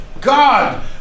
God